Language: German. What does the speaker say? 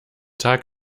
tag